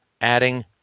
adding